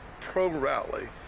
pro-rally